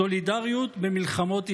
סולידריות במלחמות ישראל.